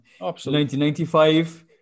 1995